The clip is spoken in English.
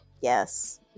yes